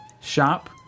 shop